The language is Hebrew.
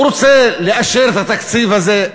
הוא רוצה לאשר את התקציב הזה,